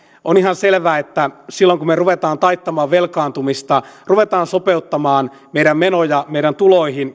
on ihan selvää että silloin kun me rupeamme taittamaan velkaantumista rupeamme sopeuttamaan meidän menoja meidän tuloihin